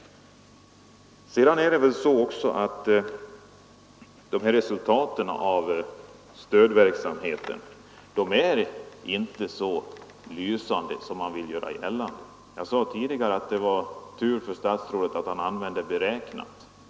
Vidare är inte resultaten av stödverksamheten så lysande som man vill göra gällande. Jag sade tidigare att det var tur för statsrådet att han använde ordet ”beräkna”.